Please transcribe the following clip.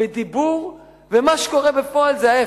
בדיבור, ומה שקורה בפועל זה ההיפך.